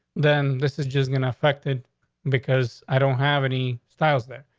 then this is just gonna affected because i don't have any styles there.